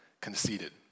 conceded